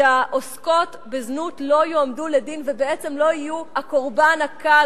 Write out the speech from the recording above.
שהעוסקות בזנות לא יועמדו לדין ובעצם לא יהיו הקורבן הקל.